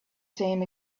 same